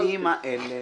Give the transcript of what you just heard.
הנושאים האלה